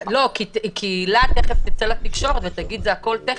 כי הילה תכף תצא לתקשורת ותגיד שהכול טכני.